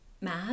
mad